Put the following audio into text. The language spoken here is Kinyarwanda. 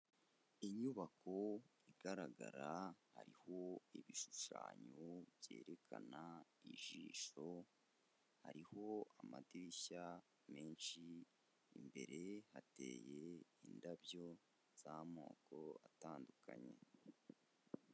Inyubako igaragara, hariho ibishushanyo byerekana ijisho, hariho amadirishya menshi, imbere hateye indabyo z'amoko atandukanye.